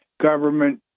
government